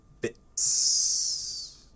bits